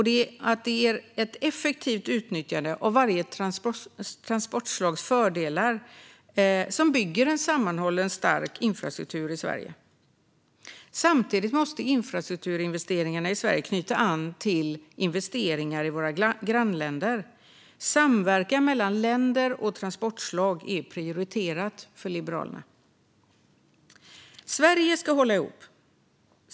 Det är ett effektivt utnyttjande av varje transportslags fördelar som bygger en sammanhållen, stark infrastruktur i Sverige. Samtidigt måste infrastrukturinvesteringarna i Sverige knyta an till investeringar i våra grannländer. Samverkan mellan länder och transportslag är prioriterat för Liberalerna. Sverige ska hålla ihop.